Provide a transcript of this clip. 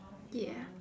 ya